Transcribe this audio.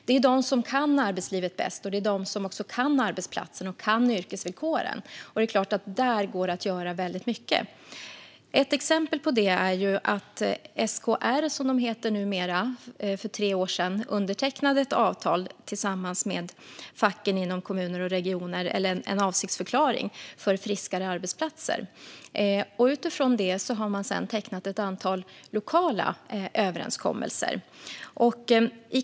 Det är de som kan arbetslivet bäst, och det är också de som kan arbetsplatsen och yrkesvillkoren. Det är klart att det går att göra mycket där. Ett exempel på det är att SKR, som man heter numera, tillsammans med facken inom kommuner och regioner för tre år sedan undertecknade ett avtal eller en avsiktsförklaring för friskare arbetsplatser. Utifrån det har man sedan tecknat ett antal lokala överenskommelser.